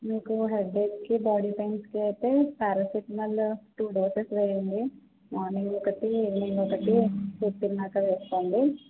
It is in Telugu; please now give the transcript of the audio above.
మీకు హెడేక్కి బాడీ పైన్స్కి అయితే పారాసెటమాలు టూ డోసేస్ వేయండి మార్నింగ్ ఒకటి ఈవెనింగ్ ఒకటి ఫుడ్ తిన్నాక వేసుకోండి